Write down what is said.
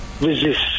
resist